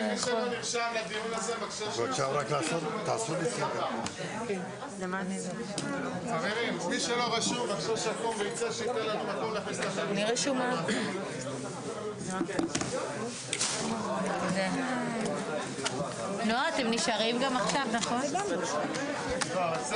הישיבה ננעלה בשעה 13:45.